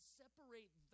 separate